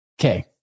Okay